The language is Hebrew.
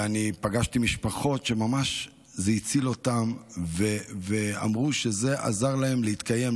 אני פגשתי משפחות שזה ממש הציל אותן והן אמרו שזה עזר להן להתקיים,